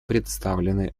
представлены